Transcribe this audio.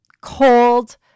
cold